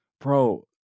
bro